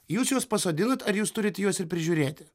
jūs juos pasodinat ar jūs turit juos ir prižiūrėti